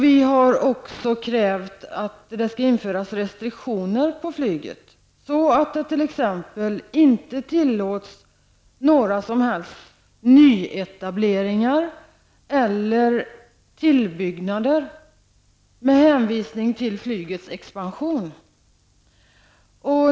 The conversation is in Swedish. Vi har också krävt att det skall införas restiktioner på flyget så att de t.ex. inte tillåts några som helst nyetableringar eller tillbyggnader med hänsyn till flygets expansion.